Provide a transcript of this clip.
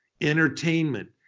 entertainment